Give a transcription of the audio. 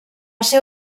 ser